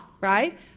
right